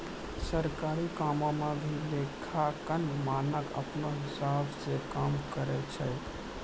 सरकारी कामो म भी लेखांकन मानक अपनौ हिसाब स काम करय छै